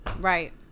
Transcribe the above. Right